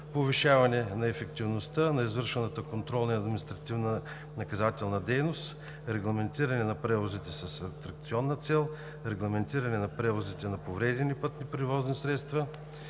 повишаване на ефективността на извършваната контролна и административнонаказателна дейност; регламентиране на превозите с атракционна цел; регламентиране на превозите на повредени пътни превозни средства,